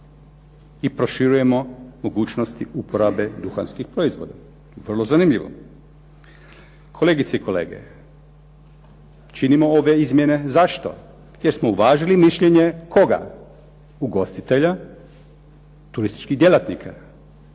i proširujemo mogućnosti uporabe duhanskih proizvoda. Vrlo zanimljivo. Kolegice i kolege, činimo ove izmjene zašto? Jer smo uvažili mišljenje koga? Ugostitelja, turističkih djelatnika.